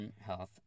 health